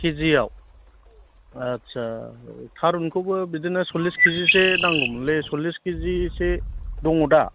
केजियाव आट्चा औ थारुनखौबो बिदिनो सल्लिस केजिसो नांगौमोनलै सल्लिस केजिसो दङ दा